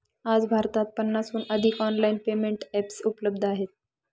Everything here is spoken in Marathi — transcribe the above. आज भारतात पन्नासहून अधिक ऑनलाइन पेमेंट एप्स उपलब्ध आहेत